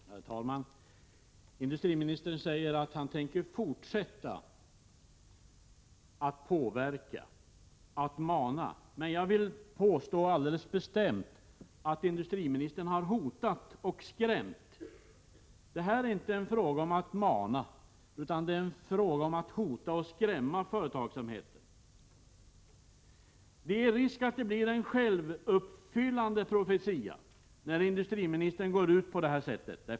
Herr talman! Industriministern säger att han tänker fortsätta att påverka och mana. Men jag vill alldeles bestämt påstå att industriministern har hotat och skrämt. Det är här inte fråga om att mana utan om att hota och skrämma företagsamheten. Det är risk att det blir en självuppfyllande profetia när industriministern uttalar sig på detta sätt.